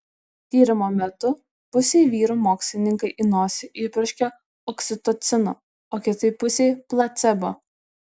tyrimo metu pusei vyrų mokslininkai į nosį įpurškė oksitocino o kitai pusei placebo